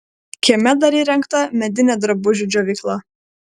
kieme dar įrengta medinė drabužių džiovykla